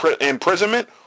imprisonment